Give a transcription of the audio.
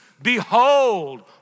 Behold